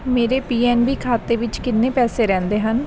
ਮੇਰੇ P N B ਖਾਤੇ ਵਿੱਚ ਕਿੰਨੇ ਪੈਸੇ ਰਹਿੰਦੇ ਹਨ